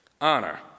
Honor